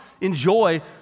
enjoy